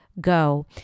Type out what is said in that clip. Go